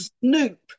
snoop